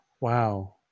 wow